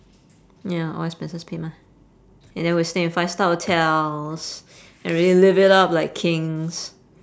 ya all expenses paid mah and then we'll stay in five-star hotels and really live it up like kings